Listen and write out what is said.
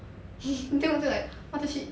then 我就 like what the shit